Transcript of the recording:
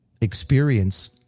experience